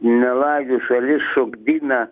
melagių šalis šokdina